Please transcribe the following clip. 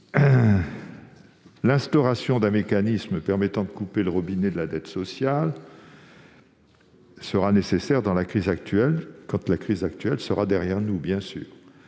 L'instauration d'un mécanisme permettant de couper le robinet de la dette sociale sera nécessaire lorsque la crise actuelle sera derrière nous. À cet